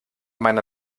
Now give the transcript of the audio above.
meiner